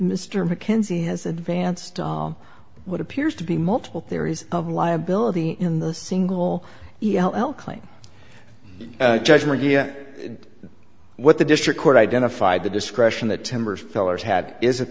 mr mackenzie has advanced what appears to be multiple theories of liability in the single e l l claim judgment you what the district court identified the discretion that timber's feller's had is